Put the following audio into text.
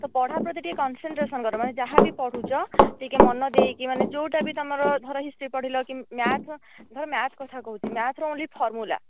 ତ ପଢ଼ା ପ୍ରତି ଟିକେ କନସେନଟ୍ରେଟ କର ମାନେ ଯାହା ବି ପଢ଼ୁଛ ଟିକେ ମନ ଦେଇକି ମାନେ ଯେଉଁଟା ବି ତମର ଧର ହିଷ୍ଟ୍ରୀ ପଢ଼ିଲା କି ମ୍ୟାଥ ଧର ମ୍ୟାଥ କଥା କହୁଛି ମ୍ୟାଥ ର ଓଂଲି ଫର୍ମୁଲା